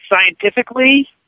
scientifically